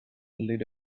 lead